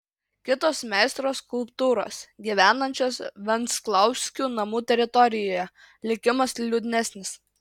kitos meistro skulptūros gyvenančios venclauskių namų teritorijoje likimas liūdnesnis